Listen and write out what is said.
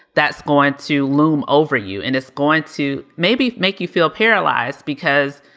that's going to loom over you and it's going to maybe make you feel paralyzed because,